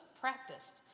practiced